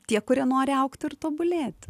tie kurie nori augti ir tobulėti